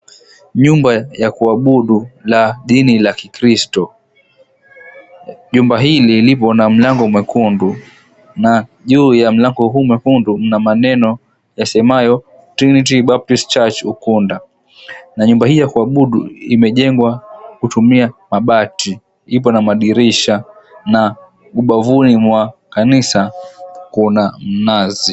Nyumba ya kuabudu la dini la Kikristo. Jumba hili lipo na mlango mwekundu, na juu ya mlango huu mwekundu mna maneno yasemayo, "Trinity Baptist Church, Ukunda". Na nyumba hii ya kuabudu imejengwa kutumia mabati. Ipo na madirisha na ubavuni mwa kanisa kuna mnazi.